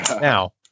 Now